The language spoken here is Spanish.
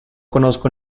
conozco